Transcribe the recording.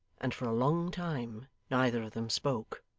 and for a long time neither of them spoke.